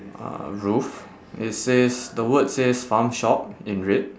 uh roof it says the words says farm shop in red